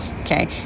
Okay